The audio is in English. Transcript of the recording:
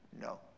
no